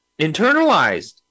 internalized